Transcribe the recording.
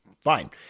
fine